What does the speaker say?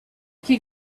could